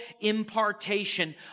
impartation